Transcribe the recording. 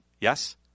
Yes